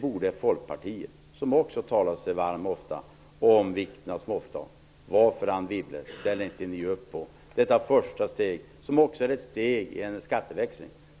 borde folkpartiet, som också ofta talar sig varmt om vikten av småföretag, ställa sig bakom. Varför, Anne Wibble, ställer ni inte upp på detta första steg som också är ett steg i en skatteväxling?